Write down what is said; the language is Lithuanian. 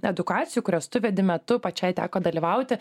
edukacijų kurias tu vedi metu pačiai teko dalyvauti